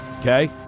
Okay